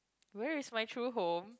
where is my true home